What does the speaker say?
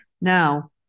Now